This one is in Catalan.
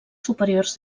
superiors